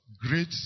Great